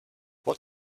what